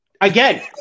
Again